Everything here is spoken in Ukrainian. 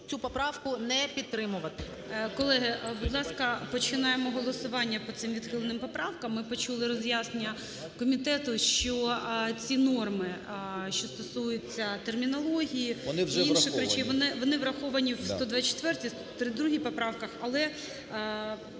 цю поправку не підтримувати.